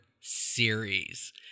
series